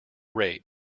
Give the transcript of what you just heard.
rate